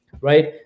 Right